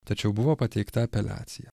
tačiau buvo pateikta apeliacija